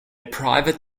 private